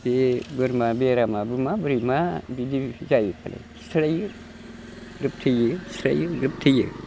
बे बोरमा बेरामाबो माब्रै मा बिदि जायोफालाय खिस्रायो ग्रोब थैयो ख्रिस्रायो ग्रोब थैयो